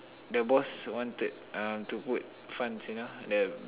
the boss wanted uh to put funds you know the